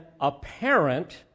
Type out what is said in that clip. apparent